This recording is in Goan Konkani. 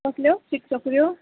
कसल्यो चीक चोकऱ्यो